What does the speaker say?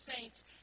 saints